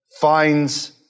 finds